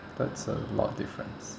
that's a lot of difference